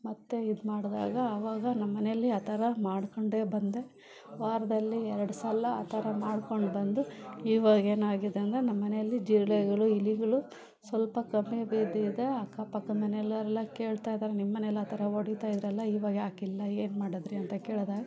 ಮತ್ತು ಇದ್ಮಾಡಿದಾಗ ಆವಾಗ ನಮ್ಮಮನೆಯಲ್ಲಿ ಆ ಥರ ಮಾಡಿಕೊಂಡೇ ಬಂದೆ ವಾರದಲ್ಲಿ ಎರಡುಸಲ ಆ ಥರ ಮಾಡಿಕೊಂಡ್ಬಂದು ಇವಾಗೇನಾಗಿದೆ ಅಂದರೆ ನಮ್ಮಮನೆಯಲ್ಲಿ ಜಿರಳೆಗಳು ಇಲಿಗಳು ಸ್ವಲ್ಪ ಕಮ್ಮಿ ಬಿದ್ದಿದೆ ಅಕ್ಕಪಕ್ಕದ ಮನೆಯವ್ರೆಲ್ಲ ಕೇಳ್ತಾಯಿದಾರೆ ನಿಮ್ಮಮನೆಯಲ್ಲಿ ಆ ಥರ ಹೊಡಿತಾ ಇದ್ರಲ್ಲ ಇವಾಗ ಯಾಕಿಲ್ಲ ಏನು ಮಾಡಿದ್ರಿ ಅಂತ ಕೇಳಿದಾಗ